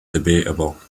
debatable